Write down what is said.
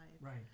Right